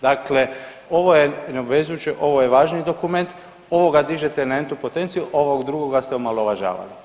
Dakle, ovo je neobvezujuće, ovo je važni dokument, ovoga dižete na entu potenciju, ovog drugo ste omalovažavali.